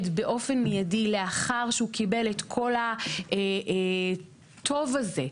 באופן מיידי לאחר שהוא קיבל את כל הטוב הזה,